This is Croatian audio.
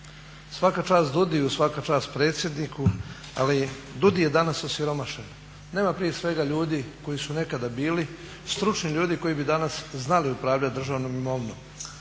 Svaka čast DUDI-u, svaka čast predsjedniku, ali DUDI je danas osiromašen. Nema prije svega ljudi koji su nekada bili stručni ljudi koji bi danas znali upravljati državnom imovinom.